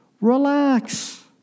Relax